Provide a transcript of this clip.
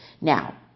Now